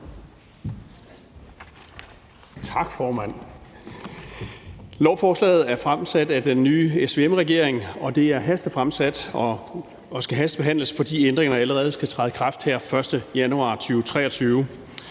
Tak, formand. Lovforslaget er fremsat af den nye SVM-regering. Det er hastefremsat og skal hastebehandles, fordi ændringerne allerede skal træde i kraft her den 1. januar 2023.